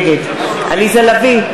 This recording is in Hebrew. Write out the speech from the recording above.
נגד עליזה לביא,